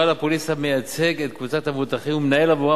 בעל הפוליסה מייצג את קבוצת המבוטחים ומנהל בעבורם